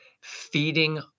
Feeding